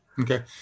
Okay